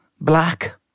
black